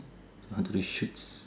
I want to do shoots